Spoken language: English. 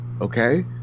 okay